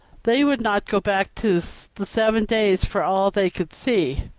they would not go back to the seven days for all they could see.